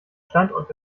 standort